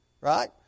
right